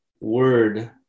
word